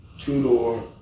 two-door